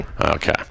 Okay